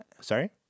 Sorry